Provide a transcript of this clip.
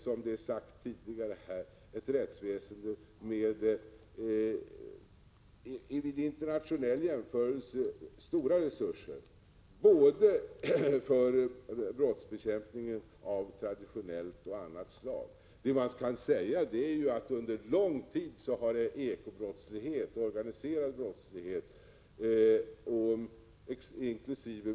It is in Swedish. Som det har sagts tidigare har vi ett rättsväsende, som vid en internationell jämförelse har stora resurser för bekämpning av traditionell och annan brottslighet. Det man kan säga är att bekämpningen av eko-brottslighet och organiserad brottslighet inkl.